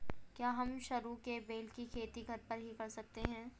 क्या हम सरू के बेल की खेती घर पर ही कर सकते हैं?